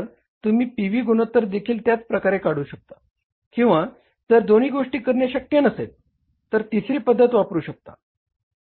तर तुम्ही P V गुणोत्तर देखील त्याच प्रकारे काढू शकता किंवा जर दोन्ही गोष्टी करणे शक्य नसेल तर तिसरी पद्धत वापरू शकता